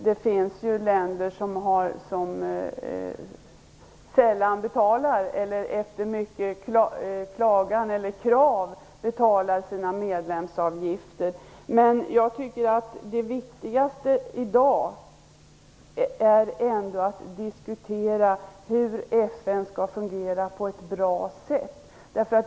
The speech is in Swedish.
Det finns ju länder som sällan eller först efter mycken klagan eller krav betalar sina medlemsavgifter. Men jag tycker att det viktigaste i dag ändå är att diskutera hur FN skall fungera på ett bra sätt.